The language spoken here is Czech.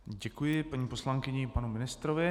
Děkuji paní poslankyni i panu ministrovi.